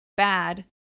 bad